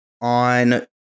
on